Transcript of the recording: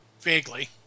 Vaguely